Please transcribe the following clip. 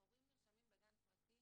הורים נרשמים לגן פרטי